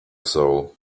soul